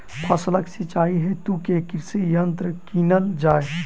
फसलक सिंचाई हेतु केँ कृषि यंत्र कीनल जाए?